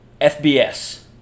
FBS